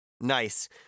nice